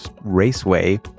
Raceway